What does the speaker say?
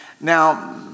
Now